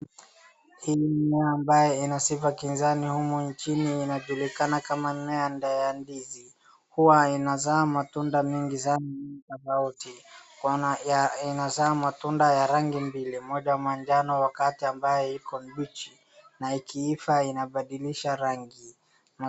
Hii nanda ina sifa kinzani humu nchini inajulikana kama nanda ya ndizi. Huwa inazaa matunda mengi sana tofauti, inazaa matunda ya rangi mbili, moja manjano wakati ambayo iko mbichi na ikiiva inabadilisha rangi.